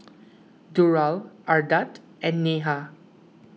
Durrell Ardath and Neha